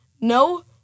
no